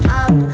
up